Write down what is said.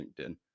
LinkedIn